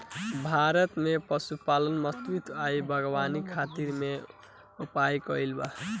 भारत में पशुपालन, मत्स्यपालन आ बागवानी खातिर भी उपाय कइल बा